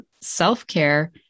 self-care